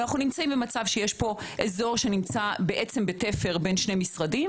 אבל אנחנו נמצאים במצב שיש פה אזור שנמצא בעצם בתפר בין שני משרדים